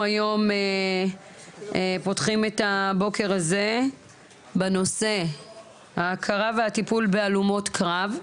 אנחנו היום פותחים את הבוקר הזה בנושא ההכרה והטיפול בהלומות קרב,